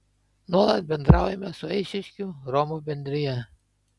nuolat bendraujame su eišiškių romų bendrija